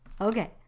okay